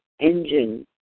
engine